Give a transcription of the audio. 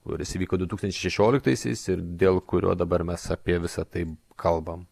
kuris vyko du tūkstančiai šešioliktaisiais ir dėl kurio dabar mes apie visą tai kalbam